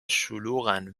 شلوغن